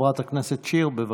חברת הכנסת שיר, בבקשה.